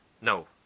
No